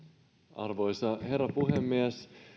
arvoisa herra puhemies